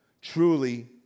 truly